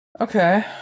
okay